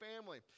family